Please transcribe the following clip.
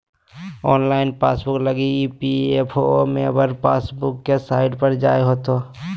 online passbook लगी EPFO member passbook के site पर जाय होतो